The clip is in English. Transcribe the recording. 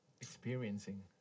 experiencing